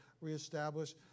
reestablish